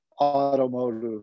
automotive